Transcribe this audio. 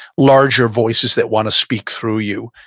larger voices that want to speak through you,